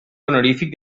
honorífic